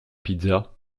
pizza